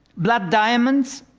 blood diamonds,